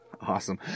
Awesome